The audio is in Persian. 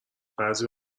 بعضی